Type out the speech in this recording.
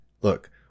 look